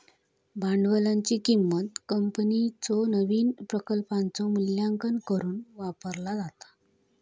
भांडवलाची किंमत कंपनीच्यो नवीन प्रकल्पांचो मूल्यांकन करुक वापरला जाता